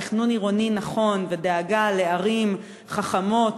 תכנון עירוני נכון ודאגה לערים חכמות,